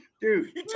Dude